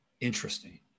interesting